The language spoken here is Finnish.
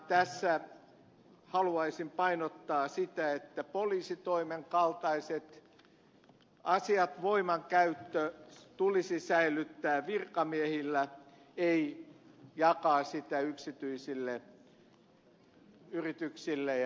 tässä haluaisin painottaa sitä että poliisitoimen kaltaiset asiat voimankäyttö tulisi säilyttää virkamiehillä ei jakaa yksityisille yrityksille